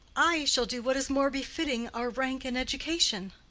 i shall do what is more befitting our rank and education.